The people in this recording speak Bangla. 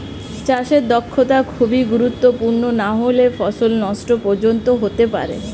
চাষে দক্ষতা খুবই গুরুত্বপূর্ণ নাহলে ফসল নষ্ট পর্যন্ত হতে পারে